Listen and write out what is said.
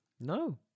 No